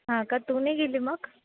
हां का तू नाही गेली मग